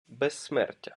безсмертя